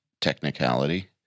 technicality